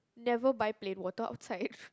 never buy plain water outside